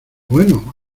bueno